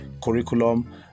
curriculum